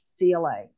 cla